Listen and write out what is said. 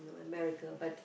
America but